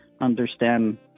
understand